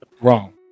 wrong